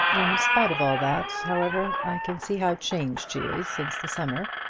in spite of all that, however, i can see how changed she is since the summer.